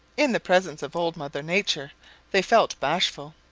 in the presence of old mother nature they felt bashful.